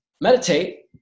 meditate